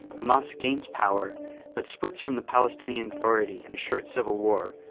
hamas gains power but splits from the palestinian authority in a short civil war,